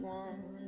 one